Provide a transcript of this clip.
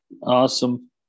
awesome